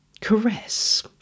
caress